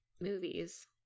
movies